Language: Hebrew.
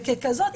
ככזאת,